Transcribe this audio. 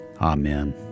Amen